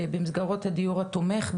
במסגרות הדיור התומך,